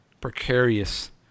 precarious